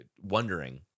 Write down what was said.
wondering